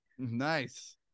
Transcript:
nice